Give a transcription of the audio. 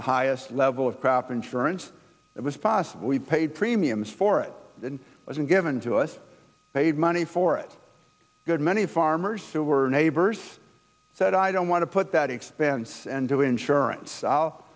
the highest level of crap insurance it was possible we paid premiums for it wasn't given to us paid money for it good many farmers who were neighbors said i don't want to put that expense and to insurance i'll